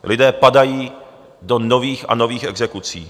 Lidé padají do nových a nových exekucí.